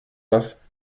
das